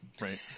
Right